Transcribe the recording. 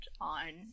on